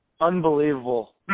Unbelievable